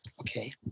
Okay